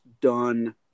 done